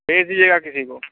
भेज दीजिएगा किसी को